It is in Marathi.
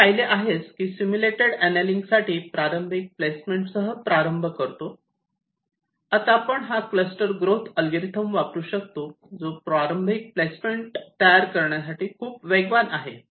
आपण पाहिले आहेच की सिम्युलेटेड अनेलिंगसाठी प्रारंभिक प्लेसमेंटसह प्रारंभ करतो आता आपण हा क्लस्टर ग्रोथ अल्गोरिदम वापरू शकतो जो प्रारंभिक प्लेसमेंट तयार करण्यासाठी खूप वेगवान आहे